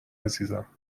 عزیزم